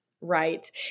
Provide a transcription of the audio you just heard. Right